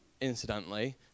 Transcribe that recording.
incidentally